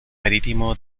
marítimo